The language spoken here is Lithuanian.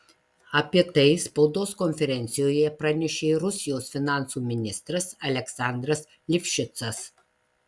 apie tai spaudos konferencijoje pranešė rusijos finansų ministras aleksandras livšicas